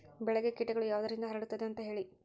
ಬೆಳೆಗೆ ಕೇಟಗಳು ಯಾವುದರಿಂದ ಹರಡುತ್ತದೆ ಅಂತಾ ಹೇಳಿ?